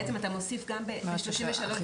אתה מוסיף את זה גם בסעיף 33ד1?